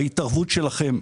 ההתערבות שלכם.